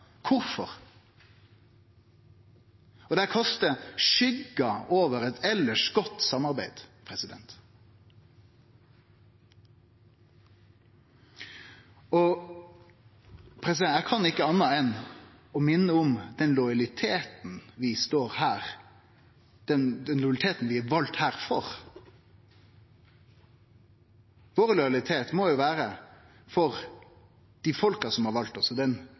kastar skygge over eit elles godt samarbeid. Eg kan ikkje anna enn å minne om den lojaliteten vi er valde hit for. Lojaliteten vår må jo vere overfor dei som har valt oss, den lovnaden vi har gitt dei, og det føreseielege vi har